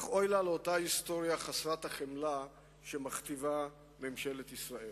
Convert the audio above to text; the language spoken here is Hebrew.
אך אוי לה לאותה היסטוריה חסרת החמלה שמכתיבה ממשלת ישראל.